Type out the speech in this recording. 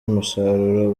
umusaruro